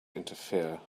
interfere